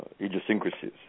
idiosyncrasies